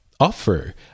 offer